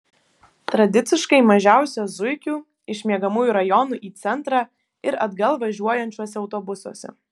tradiciškai mažiausia zuikių iš miegamųjų rajonų į centrą ir atgal važiuojančiuose autobusuose